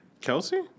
Kelsey